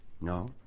no